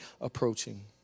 approaching